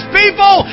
people